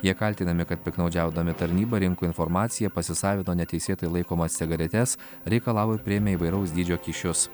jie kaltinami kad piktnaudžiaudami tarnyba rinko informaciją pasisavino neteisėtai laikomas cigaretes reikalavo ir priėmė įvairaus dydžio kyšius